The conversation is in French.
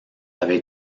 avait